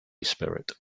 spirit